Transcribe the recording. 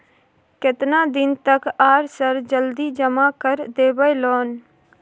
केतना दिन तक आर सर जल्दी जमा कर देबै लोन?